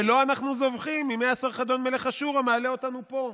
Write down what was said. ולו אנחנו זבחים מימי אסר חדן מלך אשור המעלה אתנו פה".